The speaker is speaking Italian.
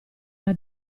era